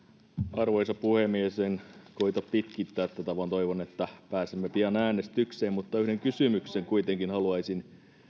arvoisa puhemies en koeta pitkittää tätä vaan toivon että pääsemme pian äänestykseen mutta yhden kysymyksen kuitenkin haluaisin